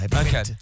Okay